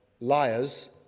liars